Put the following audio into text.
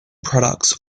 products